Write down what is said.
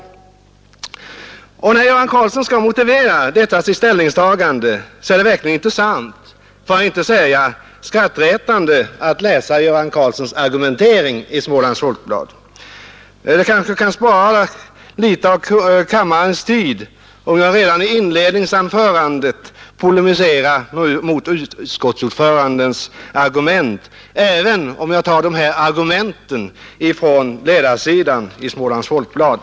När herr Göran Karlsson skall motivera detta sitt ställningstagande är det verkligen intressant, för att inte säga skrattretande, att läsa hans argumentering i Smålands Folkblad. Vi kanske kan spara litet av kammarens tid om jag redan i mitt inledningsanförande polemiserar mot utskottsordförandens argumentering, även om jag tar dessa argument från ledarsidan i Smålands Folkblad.